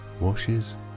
washes